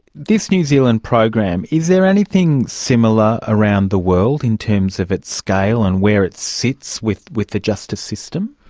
this new zealand program, is there anything similar around the world in terms of its scale and where it sits with the the justice system?